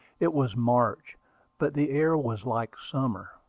it was march but the air was like summer.